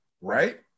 Right